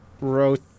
Wrote